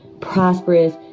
prosperous